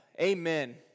Amen